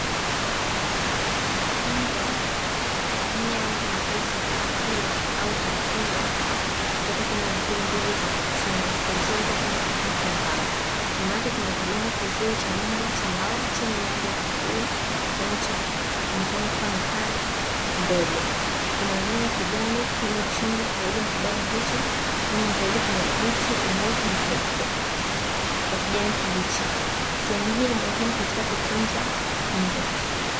Mbwa mwenye rangi nyepesi akila au akinywa kutoka kwenye bakuli mbili za chuma zilizowekwa kwenye sakafu ya mbao, nyuma yake kuna kibanda kizuri cha mbwa cha mbao chenye rangi ya kahawia kinachoonekana kuwa na paa ndogo, kuna mimea ya kijani kwenye chungu karibu na kibanda hicho nyuma zaidi kuna miti mirefu na ya kijani kibichi. Sehemu hii ni muhimu katika kutunza mbwa.